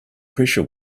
pressure